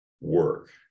work